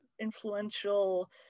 influential